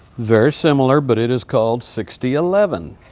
very similar, but it is called sixty eleven.